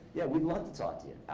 yeah we'd love to talk to you.